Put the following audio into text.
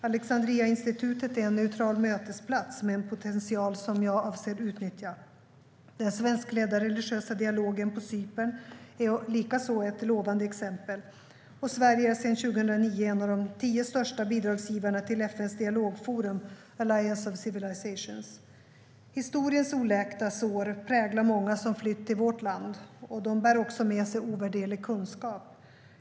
Alexandriainstitutet är en neutral mötesplats med en potential som jag avser att utnyttja. Den svenskledda religiösa dialogen på Cypern är likaså ett lovande exempel. Sverige är sedan 2009 en av de tio största bidragsgivarna till FN:s dialogforum Alliance of Civilizations. Historiens oläkta sår präglar många som flytt till vårt land. De bär också med sig ovärderlig kunskap.